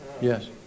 Yes